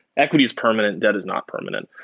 equity is permanent. debt is not permanent.